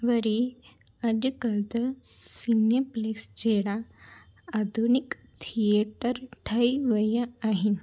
वरी अॼुकल्ह त सिनेप्लेक्स जहिड़ा आधुनिक थिएटर ठही विया आहिनि